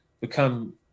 become